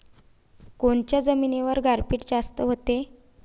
कोनच्या जमिनीवर गारपीट जास्त व्हते?